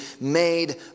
made